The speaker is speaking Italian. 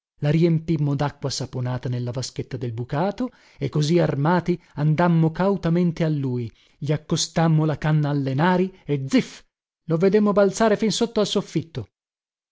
la riempimmo dacqua saponata nella vaschetta del bucato e così armati andammo cautamente a lui gli accostammo la canna alle nari e zifff lo vedemmo balzare fin sotto al soffitto